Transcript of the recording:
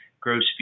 gross